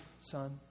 son